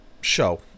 show